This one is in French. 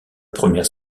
première